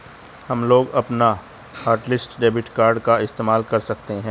हमलोग अपना hotlist debit card का इस्तेमाल कर सकते हैं